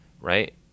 Right